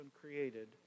created